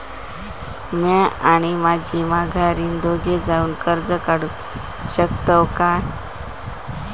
म्या आणि माझी माघारीन दोघे जावून कर्ज काढू शकताव काय?